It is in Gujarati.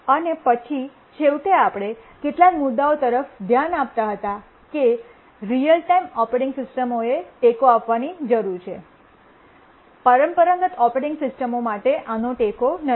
અને પછી છેવટે આપણે કેટલાક મુદ્દાઓ તરફ ધ્યાન આપતા હતા કે રીઅલ ટાઇમ ઓપરેટિંગ સિસ્ટમોને ટેકો આપવો જરૂરી છે પરંપરાગત ઓપરેટિંગ સિસ્ટમો માટે આનો ટેકો નથી